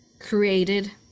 created